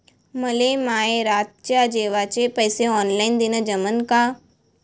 मले माये रातच्या जेवाचे पैसे ऑनलाईन देणं जमन का?